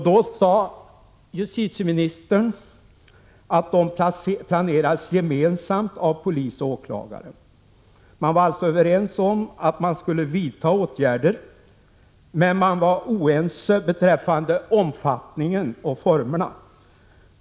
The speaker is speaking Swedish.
Då sade justitieministern att åtgärderna planerades gemensamt av polis och åklagare. Man var alltså överens om att vidta åtgärder, men man var oense beträffande omfattningen och formerna.